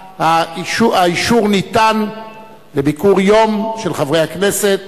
האישור ניתן לביקור יום של חברי הכנסת